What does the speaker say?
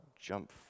jump